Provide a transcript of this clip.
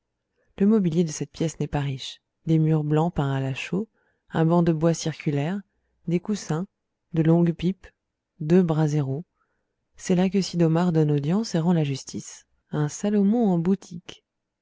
le mobilier de cette pièce n'est pas riche des murs blancs peints à la chaux un banc de bois circulaire des coussins de longues pipes deux braseros c'est là que sid'omar donne audience et rend la justice un salomon en boutique